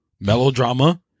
Melodrama